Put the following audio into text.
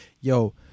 yo